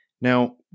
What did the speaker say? Now